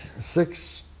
six